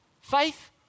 Faith